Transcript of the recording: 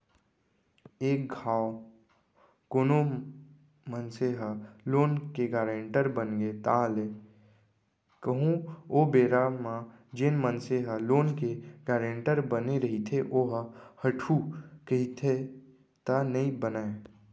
एक घांव कोनो मनसे ह लोन के गारेंटर बनगे ताहले कहूँ ओ बेरा म जेन मनसे ह लोन के गारेंटर बने रहिथे ओहा हटहू कहिथे त नइ बनय